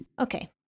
Okay